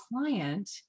client